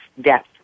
death